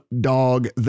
dog